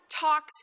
talks